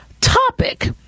topic